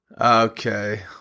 Okay